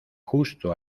justo